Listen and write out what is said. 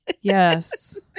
Yes